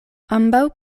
ambaŭ